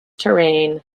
terrain